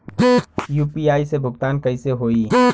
UPI से भुगतान कइसे होहीं?